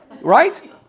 right